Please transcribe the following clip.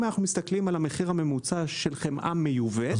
אם אנחנו מסתכלים על המחיר הממוצע של חמאה מיובאת,